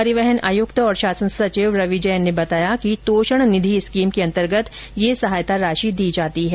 परिवहन आयुक्त और शासन सचिव रवि जैन ने बताया कि तोषण निधि स्कीम के अन्तर्गत यह सहायता राशि दी जाती है